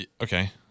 okay